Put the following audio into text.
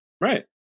Right